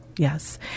Yes